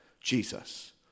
Jesus